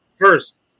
First